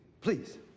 please